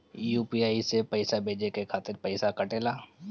UPI से पइसा भेजने के खातिर पईसा कटेला?